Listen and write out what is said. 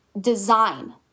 design